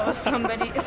ah somebody